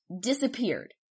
disappeared